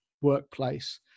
workplace